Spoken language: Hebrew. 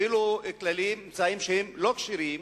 אפילו כללים, אמצעים, שהם לא כשרים,